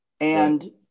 And-